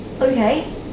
okay